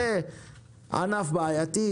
זה ענף בעייתי,